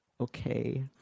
okay